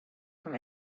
from